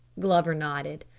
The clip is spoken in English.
glover nodded.